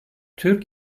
türk